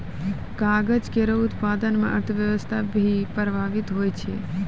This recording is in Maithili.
कागज केरो उत्पादन म अर्थव्यवस्था भी प्रभावित होय छै